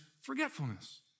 forgetfulness